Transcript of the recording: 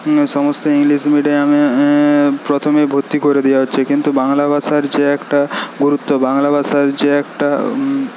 এই সমস্ত ইংলিশ মিডিয়ামের প্রথমে ভর্তি করে দেওয়া হচ্ছে কিন্তু বাংলা ভাষার যে একটা গুরুত্ব বাংলা ভাষার যে একটা